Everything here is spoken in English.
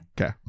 Okay